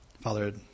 Father